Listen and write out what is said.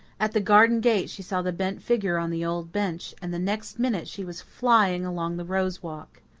at the garden gate she saw the bent figure on the old bench, and the next minute she was flying along the rose walk.